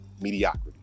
mediocrity